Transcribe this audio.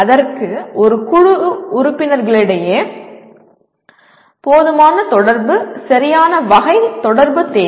அதற்கு குழு உறுப்பினர்களிடையே போதுமான தொடர்பு சரியான வகையான தொடர்பு தேவை